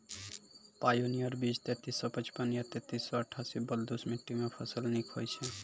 Pioneer बीज तेंतीस सौ पचपन या तेंतीस सौ अट्ठासी बलधुस मिट्टी मे फसल निक होई छै?